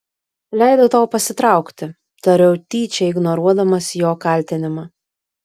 leidau tau pasitraukti tariau tyčia ignoruodamas jo kaltinimą